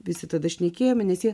visi tada šnekėjome nes jie